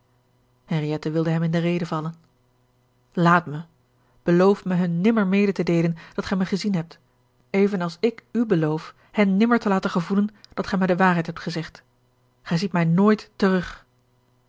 wilde hem in de rede vallen laat mij beloof mij hun nimmer mede te deelen dat gij mij gezien hebt even als ik u beloof hen nimmer te laten gevoelen dat gij mij de waarheid hebt gezegd gij ziet mij nooit terug